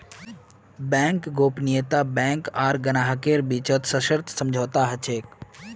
bank गोपनीयता bank आर ग्राहकेर बीचत सशर्त समझौता ह छेक